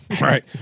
right